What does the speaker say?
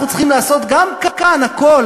אנחנו צריכים לעשות גם כאן הכול,